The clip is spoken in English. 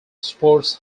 sports